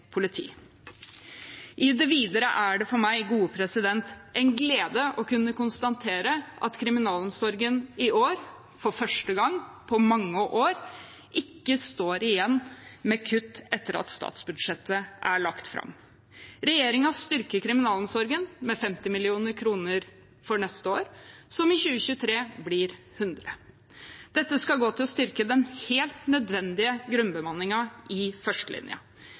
politi. I det videre er det for meg en glede å kunne konstatere at kriminalomsorgen i år – for første gang på mange år – ikke står igjen med kutt etter at statsbudsjettet er lagt fram. Regjeringen styrker kriminalomsorgen med 50 mill. kr for neste år, som i 2023 blir 100. Dette skal gå til å styrke den helt nødvendige grunnbemanningen i førstelinja.